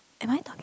and I'm talking